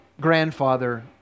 grandfather